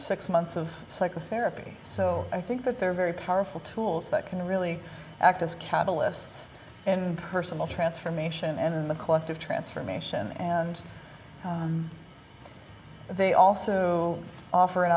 six months of psychotherapy so i think that there are very powerful tools that can really act as catalysts in personal transformation and in the collective transformation and they also offer an